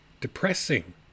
depressing